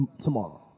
tomorrow